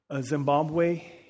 Zimbabwe